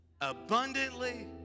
abundantly